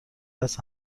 است